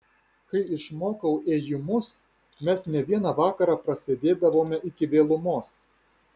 kai išmokau ėjimus mes ne vieną vakarą prasėdėdavome iki vėlumos